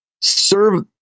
serve